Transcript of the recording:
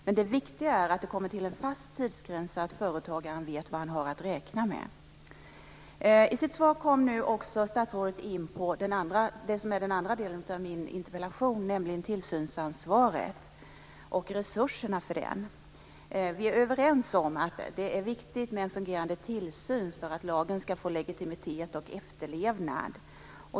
Men det viktiga är att det kommer till en fast tidsgräns, så att företagaren vet vad han har att räkna med. I sitt anförande kom statsrådet nu också in på det som är den andra delen av min interpellation, nämligen tillsynsansvaret och resurserna för det. Vi är överens om att det är viktigt med en fungerande tillsyn för att lagen ska få legitimitet och efterlevnad.